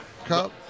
Cup